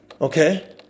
okay